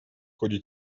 ходе